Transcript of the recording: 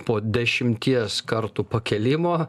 po dešimties kartų pakėlimo